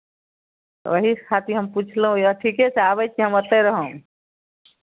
ओहि खातिर हम पुछलहुँ यए ठीके छै आबै छी हम ओतहि रहब